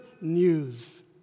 news